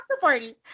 party